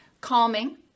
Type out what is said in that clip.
calming